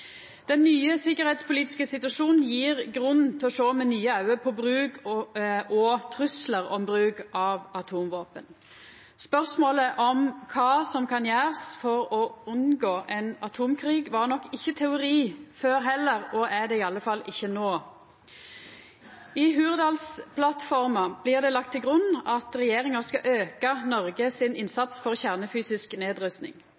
Den nye sikkerheitspolitiske situasjonen gjev grunn til å sjå med nye auge på bruk og truslar om bruk av atomvåpen. Spørsmålet om kva som kan gjerast for å unngå ein atomkrig, var nok ikkje teori før heller og er det i alle fall ikkje no. I Hurdalsplattforma blir det lagt til grunn at regjeringa skal auka Noreg sin